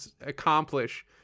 accomplish